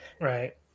Right